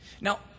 Now